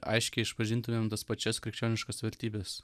aiškiai išpažintumėm tas pačias krikščioniškas vertybes